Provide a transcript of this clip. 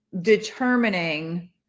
determining